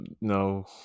no